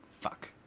Fuck